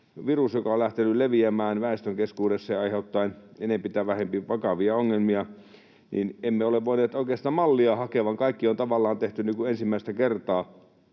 virus, joka on lähtenyt leviämään väestön keskuudessa aiheuttaen enempi tai vähempi vakavia ongelmia, niin emme ole voineet oikeastaan mallia hakea vaan kaikki on tavallaan tehty ensimmäistä kertaa